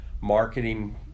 marketing